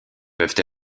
peuvent